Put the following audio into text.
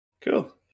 Cool